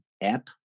app